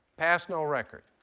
pass no record.